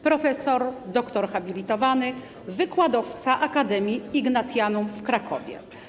Profesor doktor habilitowany, wykładowca Akademii Ignatianum w Krakowie.